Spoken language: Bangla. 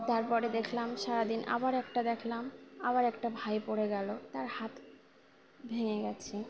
তারপরে দেখলাম সারাদিন আবার একটা দেখলাম আবার একটা ভাই পরে গেলো তার হাত ভেঙে গেছে